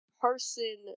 person